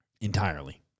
Entirely